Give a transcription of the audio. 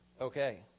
Okay